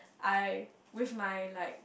I with my like